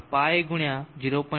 11 છે નુસેલ્ટનો નંબર 24